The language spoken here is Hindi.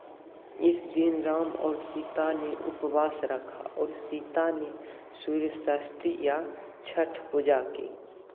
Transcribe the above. इस दिन राम और सीता ने उपवास रखा और सीता ने सूर्य षष्ठी या छठ पूजा की